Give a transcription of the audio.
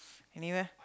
anywhere